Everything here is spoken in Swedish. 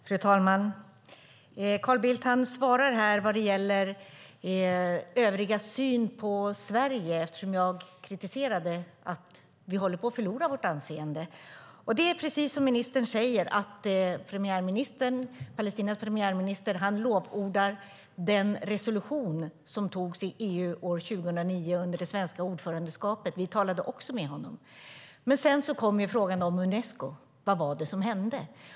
Fru talman! Carl Bildt ger ett svar här vad gäller övrigas syn på Sverige, eftersom jag kritiserade att vi håller på att förlora vårt anseende. Precis som ministern säger lovordar Palestinas premiärminister den resolution som antogs i EU år 2009 under det svenska ordförandeskapet. Vi talade också med honom. Men sedan kom frågan om Unesco: Vad var det som hände?